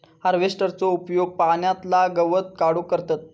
हार्वेस्टरचो उपयोग पाण्यातला गवत काढूक करतत